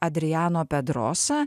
adriano pedrosa